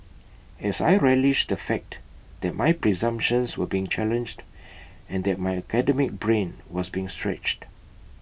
as I relished that fact that my presumptions were being challenged and that my academic brain was being stretched